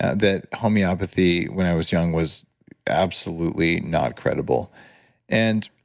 that homeopathy when i was young was absolutely not credible and